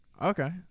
Okay